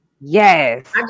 Yes